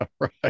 right